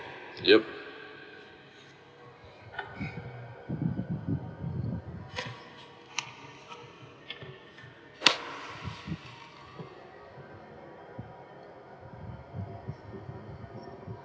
yup